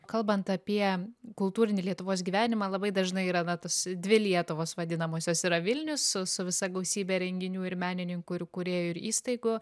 kalbant apie kultūrinį lietuvos gyvenimą labai dažnai yra na tos dvi lietuvos vadinamosios yra vilnius su su visa gausybe renginių ir menininkų ir kūrėjų ir įstaigų